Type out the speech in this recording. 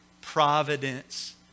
providence